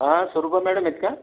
हा स्वरूपा मॅडम आहेत का